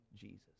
Jesus